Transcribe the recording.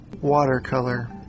Watercolor